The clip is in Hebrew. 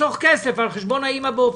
לחסוך כסף על חשבון האם באופקים.